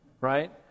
Right